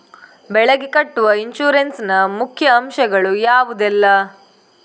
ಬೆಳೆಗೆ ಕಟ್ಟುವ ಇನ್ಸೂರೆನ್ಸ್ ನ ಮುಖ್ಯ ಅಂಶ ಗಳು ಯಾವುದೆಲ್ಲ?